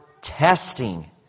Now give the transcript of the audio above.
testing